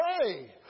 pray